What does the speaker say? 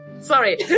Sorry